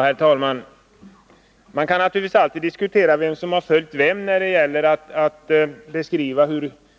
Herr talman! Man kan naturligtvis alltid diskutera vem som har följt vem när det gäller att beskriva